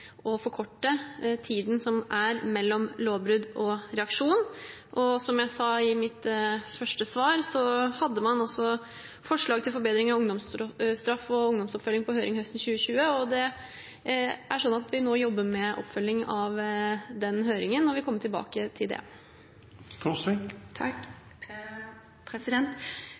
forkorte den tiden som er mellom lovbrudd og reaksjon. Som jeg sa i mitt første svar, hadde man forslag til forbedringer om ungdomsstraff og ungdomsoppfølging på høring høsten 2020. Vi jobber nå med oppfølging av den høringen og vil komme tilbake til det. Takk